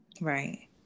Right